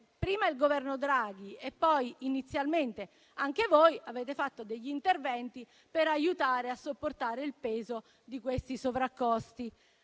prima il Governo Draghi e poi inizialmente anche voi avete fatto degli interventi per aiutare a sopportare il peso di questi sovraccosti.